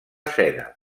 seda